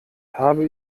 habe